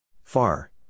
Far